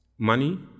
money